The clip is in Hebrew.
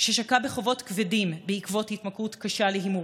ששקע בחובות כבדים בעקבות התמכרות קשה להימורים,